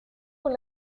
con